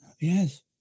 Yes